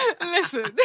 Listen